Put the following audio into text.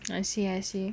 I see I see